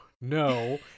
no